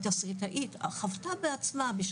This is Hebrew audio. שהתסריטאית חוותה בעצמה,